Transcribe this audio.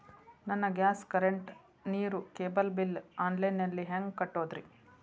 ನನ್ನ gas, current, ನೇರು, cable bill online ನಲ್ಲಿ ಹೆಂಗ್ ಕಟ್ಟೋದ್ರಿ?